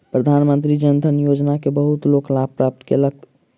प्रधानमंत्री जन धन योजना के बहुत लोक लाभ प्राप्त कयलक